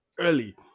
Early